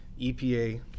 EPA